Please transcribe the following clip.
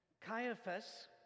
Caiaphas